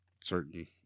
certain